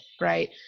Right